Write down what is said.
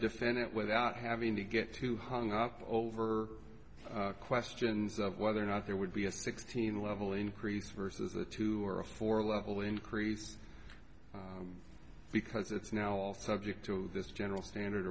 defendant without having to get too hung up over questions of whether or not there would be a sixteen level increase versus a two or a four level increase because it's now all subject to this general standard